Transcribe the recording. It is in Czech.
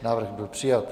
Návrh byl přijat.